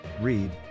Read